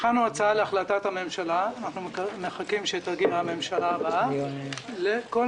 הכנו הצעה להחלטת הממשלה אנחנו מחכים שתגיע הממשלה הבאה בכל